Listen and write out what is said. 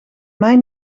mij